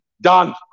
done